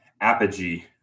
apogee